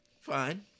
Fine